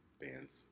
Bands